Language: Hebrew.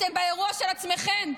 אתם באירוע של עצמכם,